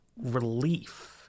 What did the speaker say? relief